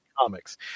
comics